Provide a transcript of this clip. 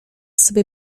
sobie